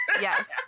Yes